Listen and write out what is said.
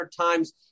times